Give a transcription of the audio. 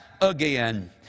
again